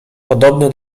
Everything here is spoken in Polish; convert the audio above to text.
podobny